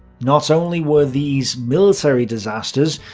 not only were these military disasters,